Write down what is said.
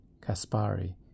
Caspari